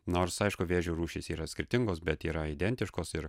nors aišku vėžio rūšys yra skirtingos bet yra identiškos ir